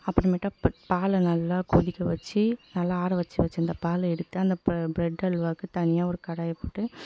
அப்புறமேட்டா பாலை நல்லா கொதிக்க வைச்சி நல்லா ஆற வைச்சி வைச்சிருந்த பாலை எடுத்து அந்த ப்ரெட் அல்வாவுக்கு தனியாக ஒரு கடாயை போட்டு